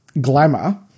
glamour